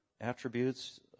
attributes